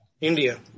India